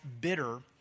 bitter